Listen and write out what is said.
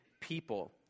people